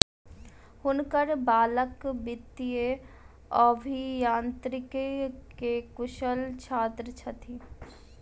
हुनकर बालक वित्तीय अभियांत्रिकी के कुशल छात्र छथि